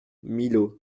millau